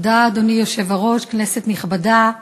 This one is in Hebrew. אדוני היושב-ראש, תודה, כנסת נכבדה,